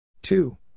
two